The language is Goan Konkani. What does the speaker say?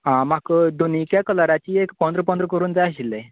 आ म्हाका दोनीच्या कलराचे एक पंदरा पंदरा करून जाय आशिल्लें